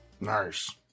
Nice